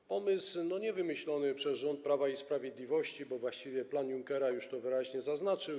To pomysł niewymyślony przez rząd Prawa i Sprawiedliwości, bo właściwie w planie Junckera już to wyraźnie zaznaczono.